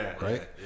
right